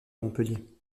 montpellier